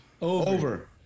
Over